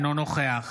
אינו נוכח